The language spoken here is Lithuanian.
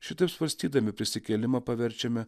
šitaip svarstydami prisikėlimą paverčiame